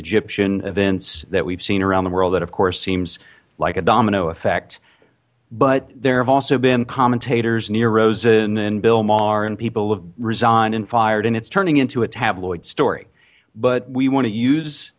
egyptian events that we've seen around the world that of course seems like a domino effect but there've also been commentators nir rosen and bill maher and people have resigned and fired and it's turning into a tabloid story but we want to use